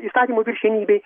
įstatymų viršenybei